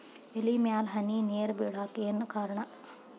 ಎಲೆ ಮ್ಯಾಲ್ ಹನಿ ನೇರ್ ಬಿಳಾಕ್ ಏನು ಕಾರಣ?